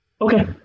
Okay